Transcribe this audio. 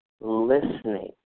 listening